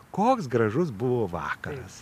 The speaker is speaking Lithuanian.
koks gražus buvo vakaras